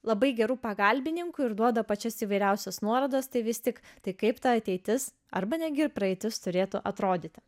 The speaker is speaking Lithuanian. labai geru pagalbininku ir duoda pačias įvairiausias nuorodas tai vis tik tai kaip ta ateitis arba netgi ir praeitis turėtų atrodyti